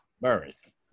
Burris